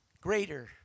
Greater